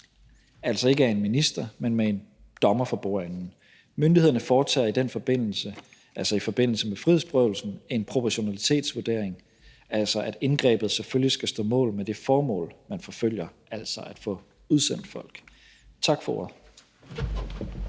altså ikke af en minister, men med en dommer for bordenden. Myndighederne foretager i forbindelse med frihedsberøvelsen en proportionalitetsvurdering. Indgrebet skal selvfølgelig stå mål med det formål, man forfølger, altså at få udsendt folk. Tak for